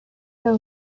her